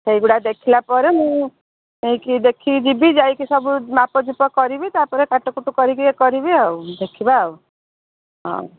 ସେଇଗୁଡ଼ା ଦେଖିଲା ପରେ ମୁଁ ନେଇକି ଦେଖିକି ଯିବି ଯାଇକି ସବୁ ମାପ ଚୁପ କରିବି ତାପରେ କାଟ କୁଟୁ କରିକି ୟେ କରିବି ଆଉ ଦେଖିବା ଆଉ ହଁ